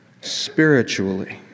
Spiritually